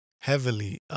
heavily